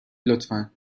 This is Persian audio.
لطفا